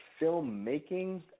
filmmaking